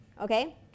okay